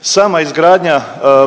Sama izgradnja